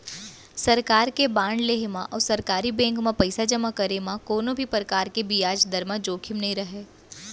सरकार के बांड लेहे म अउ सरकारी बेंक म पइसा जमा करे म कोनों भी परकार के बियाज दर म जोखिम नइ रहय